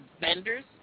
vendors